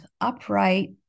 upright